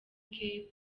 cape